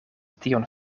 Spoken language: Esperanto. tion